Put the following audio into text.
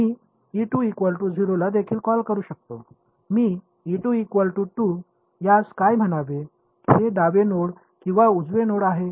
मी ला देखील कॉल करू शकतो मी यास काय म्हणावे हे डावे नोड किंवा उजवे नोड आहे